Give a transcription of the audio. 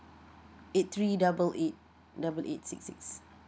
eight three double eight double eight six six